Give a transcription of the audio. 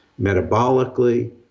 metabolically